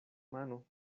mano